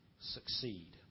succeed